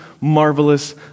marvelous